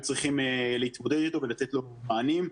צריכים להתמודד איתו ולתת לו מענים.